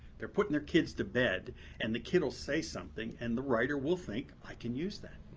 they're putting their kids to bed and the kid will say something and the writer will think, i can use that,